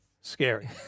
scary